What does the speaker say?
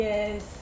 Yes